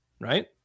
Right